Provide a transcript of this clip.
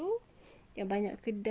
banyak kedai yang tutup